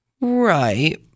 right